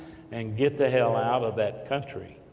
and get the hell out of that country.